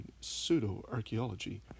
pseudo-archaeology